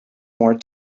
more